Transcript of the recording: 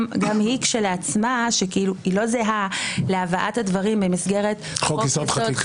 גם היא כשלעצמה היא לא זהה להבאת הדברים במסגרת חוק יסוד: